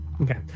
Okay